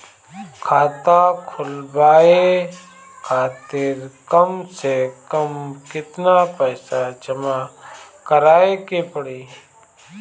खाता खुलवाये खातिर कम से कम केतना पईसा जमा काराये के पड़ी?